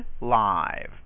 live